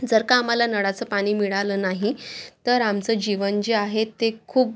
जर का आम्हाला नळाचं पाणी मिळालं नाही तर आमचं जीवन जे आहे ते खूप